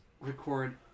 record